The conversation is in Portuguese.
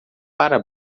para